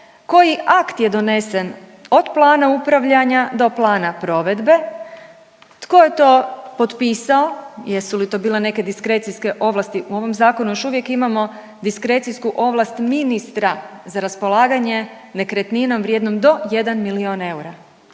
koji akt je donesen od plana upravljanja do plana provedbe, tko je to potpisao, jesu li to bile neke diskrecijske ovlasti, u ovom zakonu još uvijek imamo diskrecijsku ovlast ministra za raspolaganje nekretninom vrijednom do jedan milijun eura,